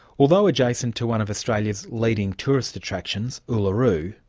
although adjacent to one of australia's leading tourist attractions, uluru,